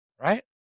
right